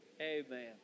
Amen